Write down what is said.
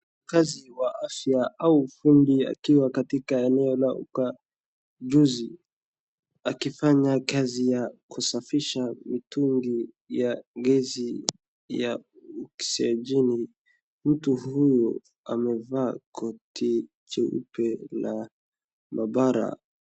Mkazi wa afya au fundi akiwa katika eneo la ukajuzi, akifanya kazi ya kusafisha mitungi, ya gesi ya oksijeni. Mtu huyu amevaa koti jeupe na mabara.